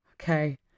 Okay